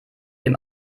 dem